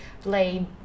play